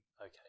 okay